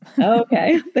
Okay